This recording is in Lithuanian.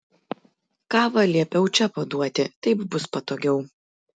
kavą liepiau čia paduoti taip bus patogiau